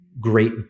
great